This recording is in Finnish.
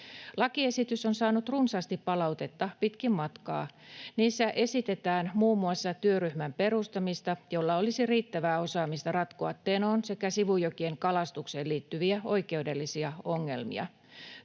Lakiesitys on saanut runsaasti palautetta pitkin matkaa. Niissä esitetään muun muassa sellaisen työryhmän perustamista, jolla olisi riittävää osaamista ratkoa Tenon sekä sivujokien kalastukseen liittyviä oikeudellisia ongelmia.